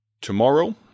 Tomorrow